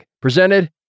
presented